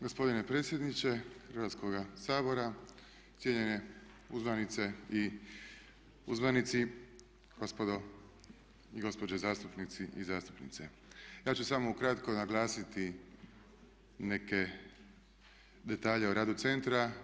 Gospodine predsjedniče Hrvatskoga sabora, cijenjene uzvanice i uzvanici, gospodo i gospođe zastupnici i zastupnice ja ću samo ukratko naglasiti neke detalje o radu centra.